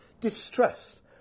distressed